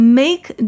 make